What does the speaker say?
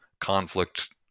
conflict